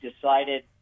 decided